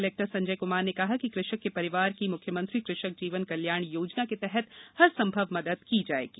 collector Sanjay Kumar ने कहा है कि कृषक के परिवार की म्ख्यमंत्री कृषक जीवन कल्याण योजना के तहत हर सम्भव मदद की जाएगी